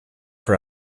for